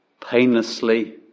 painlessly